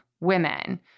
women